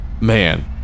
Man